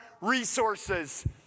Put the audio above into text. resources